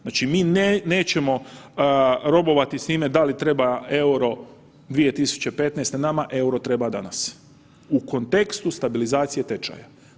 Znači mi nećemo robovati s time da li treba EUR-o 2015., nama EUR-o treba danas u kontekstu stabilizacije tečaja.